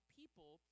people